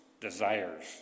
desires